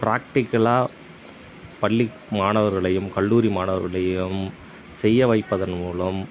பிராக்டிகலாக பள்ளி மாணவர்களையும் கல்லூரி மாணவர்களையும் செய்ய வைப்பதன் மூலம்